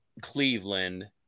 Cleveland